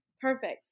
perfect